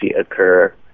occur